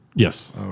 Yes